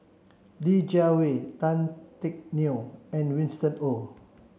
Li Jiawei Tan Teck Neo and Winston Oh